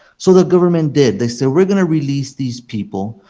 so the government did. they said we are going to release these people,